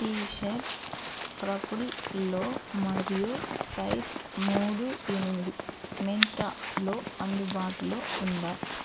tea shirt పర్పుల్లో మరియు size మూడు ఎనిమిది మింత్రాలో అందుబాటులో ఉందా